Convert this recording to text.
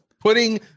Putting